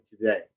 today